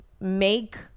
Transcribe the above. make